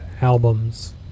albums